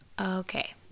okay